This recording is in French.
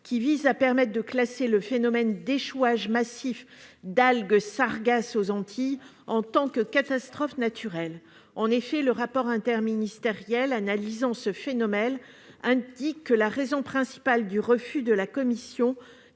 suggéré de permettre de classer le phénomène d'échouages massifs d'algues sargasses aux Antilles en tant que catastrophe naturelle. En effet, le rapport interministériel analysant ce phénomène indique que la raison principale du refus de la commission